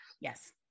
Yes